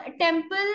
temple